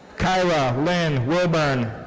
kyra lynn wilburn.